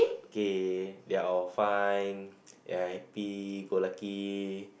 okay they're all fine they're happy-go-lucky